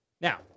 Now